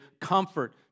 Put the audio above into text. comfort